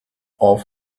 off